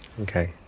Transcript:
Okay